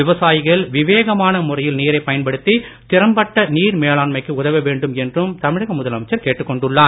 விவசாயிகள் விவேகமான முறையில் நீரை பயன்படுத்தி திறம்பட்ட நீர் மேலாண்மைக்கு உதவ வேண்டும் என்றும் தமிழக முதலமைச்சர் கேட்டுக் கொண்டுள்ளார்